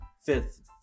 fifth